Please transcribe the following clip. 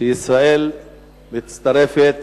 שישראל מצטרפת